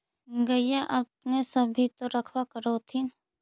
गईया अपने सब भी तो रखबा कर होत्थिन?